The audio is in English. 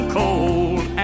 cold